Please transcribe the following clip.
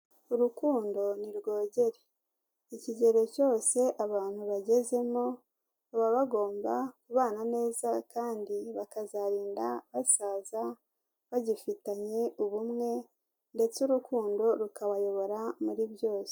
Urukundo nirwogera, ikigero cyose abantu bagezemo, baba bagomba kubana neza kandi bakazarinda basaza bagifitanye ubumwe ndetse urukundo rukabayobora muri byose.